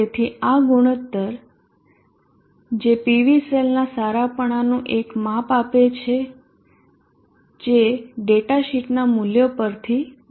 તેથી આ ગુણોત્તર જે PV સેલનાં સારાપણાનું એક માપ આપે છે જે ડેટા શીટના મૂલ્યો પર થી ગણી શકાય